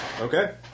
Okay